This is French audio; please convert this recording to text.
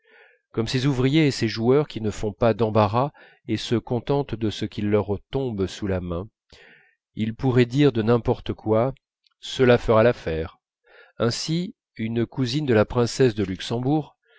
comme ces ouvriers et ces joueurs qui ne font pas d'embarras et se contentent de ce qui leur tombe sous la main ils pourraient dire de n'importe quoi cela fera l'affaire ainsi une cousine de la princesse de luxembourg